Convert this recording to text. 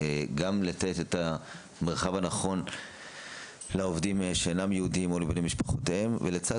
גם לתת את המרחב הנכון לעובדים שאינם יהודים או לבני משפחותיהם ולצד